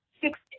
six